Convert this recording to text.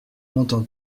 entend